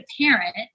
parent